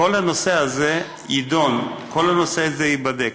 כל הנושא הזה יידון, כל הנושא הזה ייבדק.